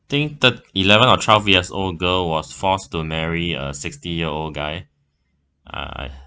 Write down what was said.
think thir~ eleven or twelve years old girl was forced to marry a sixty year old guy uh